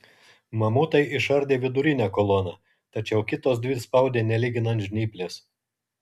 mamutai išardė vidurinę koloną tačiau kitos dvi spaudė nelyginant žnyplės